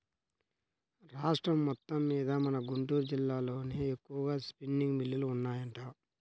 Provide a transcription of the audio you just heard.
రాష్ట్రం మొత్తమ్మీద మన గుంటూరు జిల్లాలోనే ఎక్కువగా స్పిన్నింగ్ మిల్లులు ఉన్నాయంట